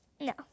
No